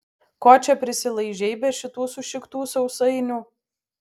ko čia prisilaižei be šitų sušiktų sausainių